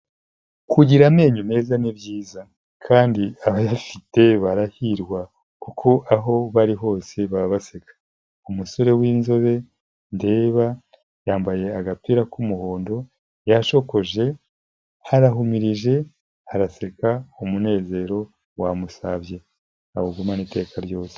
kugira amenyo meza ni byiza. Kandi abayafite barahirwa. Kuko aho bari hose baba baseka. Umusore w'inzobe ndeba, yambaye agapira k'umuhondo, yashokoje, arahumirije, araseka, umunezero wamusabye. Awugumane iteka ryose.